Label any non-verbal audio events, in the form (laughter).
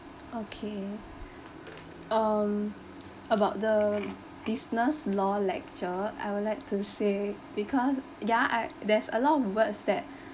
okay (breath) um about the business law lecture I would like to say because ya I there's a lot of words that